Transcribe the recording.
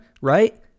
right